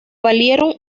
valieron